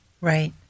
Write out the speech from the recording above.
Right